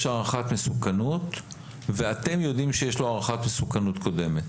הערכת מסוכנות ואתם יודעים שיש לו הערכת מסוכנות קודמת.